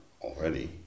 already